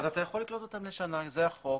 אז אתה יכול לקלוט אותם לשנה, זה החוק.